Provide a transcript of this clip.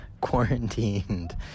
quarantined